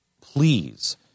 please